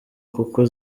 kuko